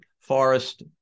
Forest